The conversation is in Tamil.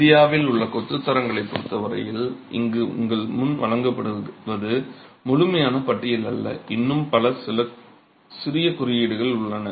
இந்தியாவில் உள்ள கொத்துத் தரங்களைப் பொறுத்த வரையில் இங்கு உங்கள் முன் வழங்கப்படுவது முழுமையான பட்டியல் அல்ல இன்னும் பல சிறிய குறியீடுகள் உள்ளன